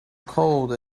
cold